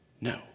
no